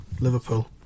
Liverpool